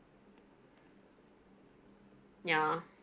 ya